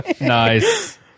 Nice